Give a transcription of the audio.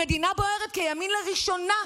המדינה בוערת כי הימין, לראשונה,